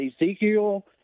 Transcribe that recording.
Ezekiel